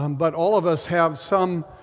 um but all of us have some,